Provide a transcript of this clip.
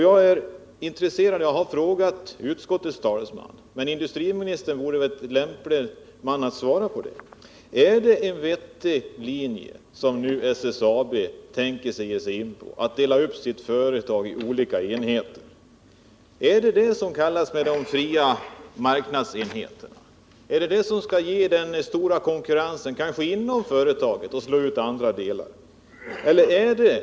Jag har tidigare frågat utskottets talesman, men industriministern kanske är en lämplig man att svara på frågan:Är det en vettig politik som SSAB nu tänker ge sig in på, när man delar upp företaget i olika enheter? Är det detta som kallas de fria marknadsenheterna? Är det detta som skall ge den stora konkurrenskraften och slå ut andra delar — kanske även inom företaget?